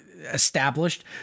established